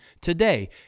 today